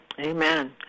Amen